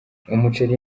umuceri